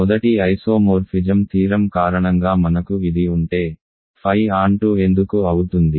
మొదటి isomorphism theorem కారణంగా మనకు ఇది ఉంటే ఫై ఆన్టు ఎందుకు అవుతుంది